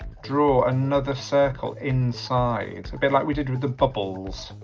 draw another circle inside, a bit like we did with the bubbles